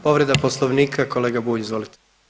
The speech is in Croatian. Povreda Poslovnika, kolega Bulj, izvolite.